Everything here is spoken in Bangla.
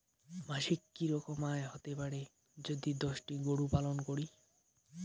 মাসিক কি রকম আয় হতে পারে যদি দশটি গরু পালন করি?